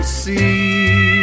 see